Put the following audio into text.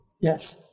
Yes